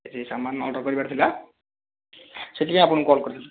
ଏ ସାମାନ ଅର୍ଡ଼ର କରିବାର ଥିଲା ସେଥିପାଇଁ ଆପଣଙ୍କୁ କଲ କରିଥିଲି